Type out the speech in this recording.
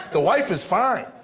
the wife is fine.